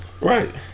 Right